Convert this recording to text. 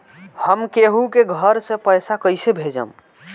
हम केहु के घर से पैसा कैइसे भेजम?